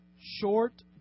short